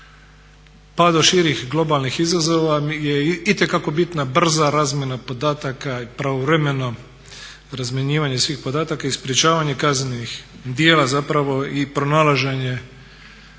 pa do širih globalnih izazova je itekako bitna brza razmjena podataka i pravovremeno razmjenjivanje svih podataka i sprečavanje kaznenih djela zapravo i pronalaženje